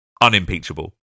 unimpeachable